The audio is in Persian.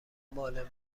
مال